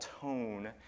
tone